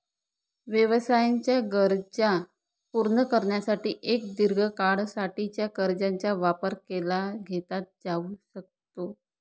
व्यवसायाच्या गरजा पूर्ण करण्यासाठी एक दीर्घ काळा साठीच्या कर्जाचा वापर केला घेतला जाऊ शकतो